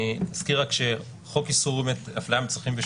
אני אזכיר שחוק איסור הפליה במוצרים,